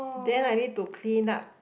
then I need to clean up